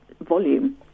volume